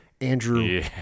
Andrew